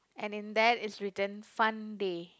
and in that is written fun day